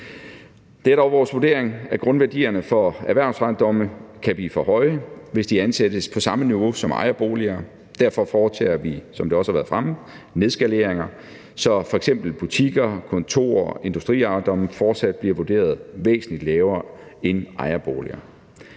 Det er dog vores vurdering, at grundværdierne for erhvervsejendomme kan blive for høje, hvis de ansættes på samme niveau som ejerboliger. Derfor foretager vi, som det også har været fremme, nedskaleringer, så f.eks. butikker, kontorer og industriejendomme fortsat bliver vurderet væsentlig lavere end ejerboliger.